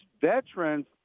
veterans